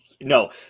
no